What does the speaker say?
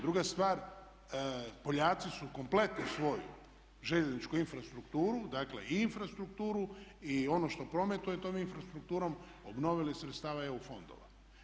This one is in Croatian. Druga stvar, Poljaci su kompletno svoju željezničku infrastrukturu, dakle i infrastrukturu i ono što prometuje tom infrastrukturom obnovili iz sredstava EU fondova.